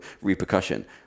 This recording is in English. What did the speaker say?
repercussion